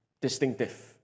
distinctive